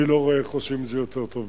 אני לא רואה איך עושים את זה יותר טוב מזה.